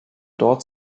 dort